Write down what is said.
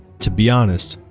to be honest,